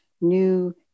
new